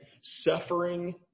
Suffering